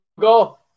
go